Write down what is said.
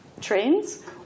trains